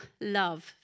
love